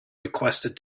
requested